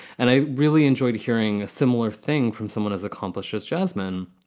and i really enjoyed hearing a similar thing from someone as accomplished, just jasmyn.